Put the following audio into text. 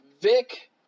Vic